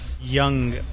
young